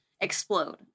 explode